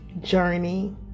journey